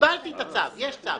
קיבלתי את הצו, יש צו.